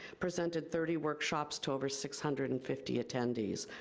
presented thirty workshops to over six hundred and fifty attendees.